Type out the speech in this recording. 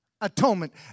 Atonement